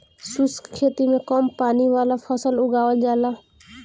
शुष्क खेती में कम पानी वाला फसल उगावल जाला